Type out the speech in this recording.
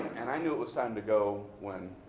and i knew it was time to go when